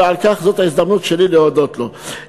וזו ההזדמנות שלי להודות לו על כך.